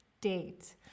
date